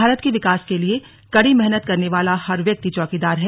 भारत के विकास के लिए कड़ी मेहनत करने वाला हर व्यक्ति चौकीदार है